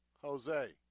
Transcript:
Jose